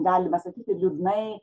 galima sakyti liūdnai